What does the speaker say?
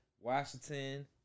Washington